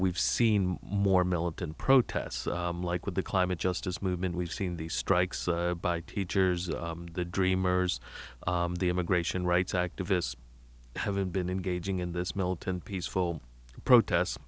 we've seen more militant protests like with the climate justice movement we've seen these strikes by teachers the dreamers the immigration rights activists have been engaging in this militant peaceful protest